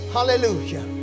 Hallelujah